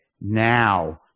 now